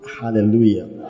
Hallelujah